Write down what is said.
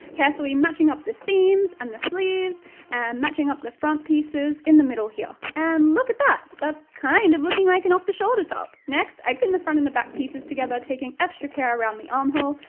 carefully matching up the seams and the sleeves and matching up the front pieces in the middle here and look at that that's kind of looking like an off the shoulder top! next, i pinned the front and the back pieces together, taking extra care around the armhole,